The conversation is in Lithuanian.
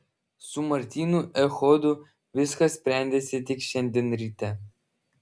su martynu echodu viskas sprendėsi tik šiandien ryte